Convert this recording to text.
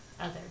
others